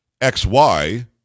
XY